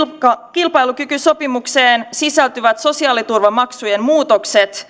kilpailukykysopimukseen sisältyvät sosiaaliturvamaksujen muutokset